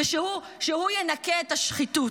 שהוא ינקה את השחיתות.